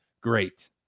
Great